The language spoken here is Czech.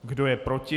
Kdo je proti?